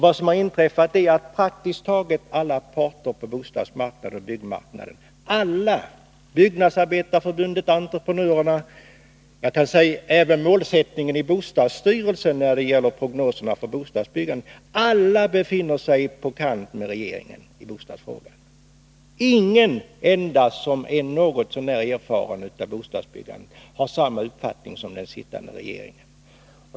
Vad som inträffat är ju att praktiskt taget alla parter på bostadsoch byggmarknaden — Byggnadsarbetareförbundet, entreprenörerna och även bostadsstyrelsen när det gäller prognoserna för bostadsbyggandet — befinner sig på kant med regeringen i bostadsfrågan. Ingen enda som är något så när erfaren i fråga om bostadsbyggande har samma uppfattning som den sittande regeringen.